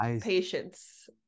patience